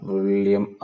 William